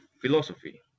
philosophy